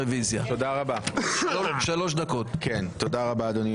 נושא ראשון: רוויזיה על החלטת הוועדה בדבר